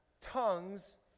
tongues